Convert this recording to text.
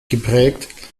geprägt